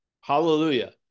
Hallelujah